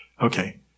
Okay